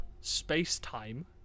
space-time